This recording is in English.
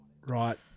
right